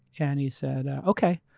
and he said, okay,